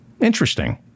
Interesting